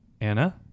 Anna